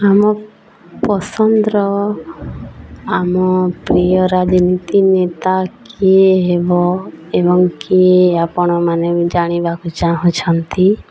ଆମ ପସନ୍ଦର ଆମ ପ୍ରିୟ ରାଜନୀତି ନେତା କିଏ ହେବ ଏବଂ କିଏ ଆପଣମାନେ ଜାଣିବାକୁ ଚାହୁଁଛନ୍ତି